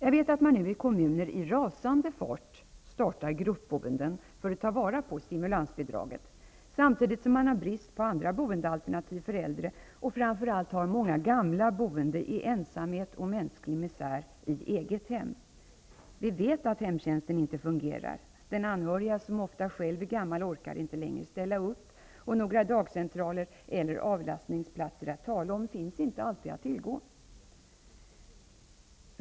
Jag vet att man nu i kommuner i rasande fart startar gruppboenden för att ta vara på stimulansbidragen, samtidigt som man har brist på andra boendealternativ för äldre och framför allt många gamla boende i ensamhet och mänsklig misär i eget hem. Vi vet att hemtjänsten inte fungerar. Den anhöriga, som ofta själv är gammal, orkar inte längre ställa upp, och några dagcentraler eller avlastningsplatser att tala om finns inte alltid att tillgå.